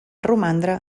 romandre